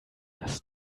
dass